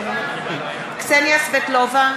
קסניה סבטלובה,